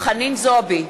חנין זועבי,